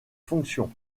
fonctions